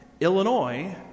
Illinois